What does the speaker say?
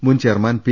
മുൻ chairman P